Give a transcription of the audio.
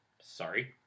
sorry